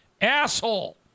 Asshole